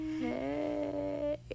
Hey